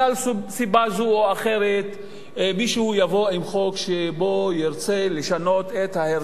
שמחר בגלל סיבה זו או אחרת מישהו יבוא עם חוק שבו ירצה לשנות את ההרכב,